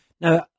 Now